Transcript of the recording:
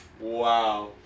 Wow